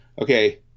Okay